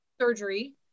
surgery